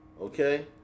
Okay